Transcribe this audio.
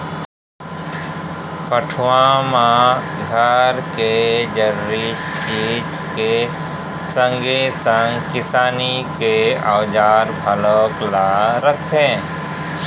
पटउहाँ म घर के जरूरी चीज के संगे संग किसानी के औजार घलौ ल रखथे